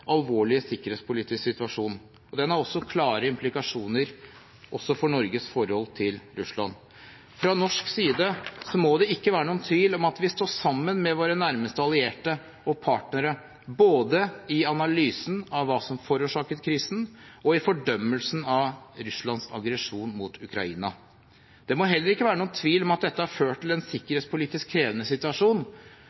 sikkerhetspolitisk situasjon. Den har klare implikasjoner også for Norges forhold til Russland. Fra norsk side må det ikke være noen tvil om at vi står sammen med våre nærmeste allierte og partnere både i analysen av hva som forårsaket krisen, og i fordømmelsen av Russlands aggresjon mot Ukraina. Det må heller ikke være noen tvil om at dette har ført til en sikkerhetspolitisk krevende situasjon,